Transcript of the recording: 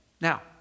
Now